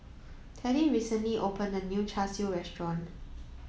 Teddie recently opened a new Char Siu restaurant